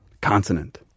Consonant